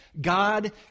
God